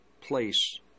place